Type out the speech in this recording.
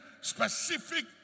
specific